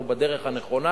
אנחנו בדרך הנכונה.